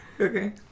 Okay